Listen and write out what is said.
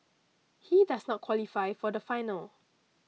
he does not qualify for the final